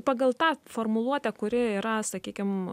pagal tą formuluotę kuri yra sakykim